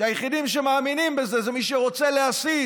שהיחידים שמאמינים בזה הם מי שרוצה להסית